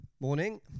Morning